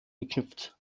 geknüpft